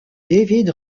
david